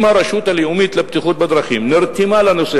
אם הרשות הלאומית לבטיחות בדרכים נרתמה לנושא